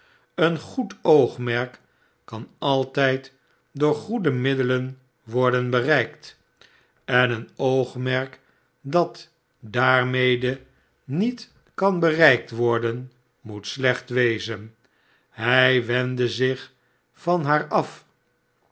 een goed oogmerk kan altijd door goede middelen worden bereikt en een oogmerk dat daarmede met kan bereikt worden moet slecht wezen hij wendde zich van haar at